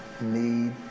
need